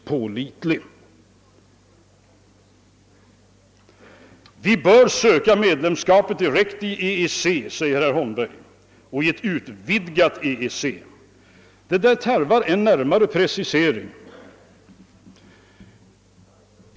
Herr Holmberg säger att Sverige bör söka direkt medlemskap i EEC, och i ett utvidgat EEC. Detta tarvar en närmare precisering.